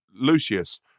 Lucius